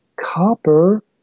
copper